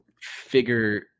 figure